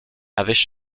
avaient